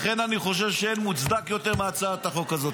לכן אני חושב שאין מוצדקת יותר מהצעת החוק הזאת.